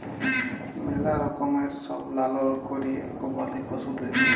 ম্যালা রকমের সব লালল ক্যরে গবাদি পশুদের